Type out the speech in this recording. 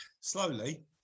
slowly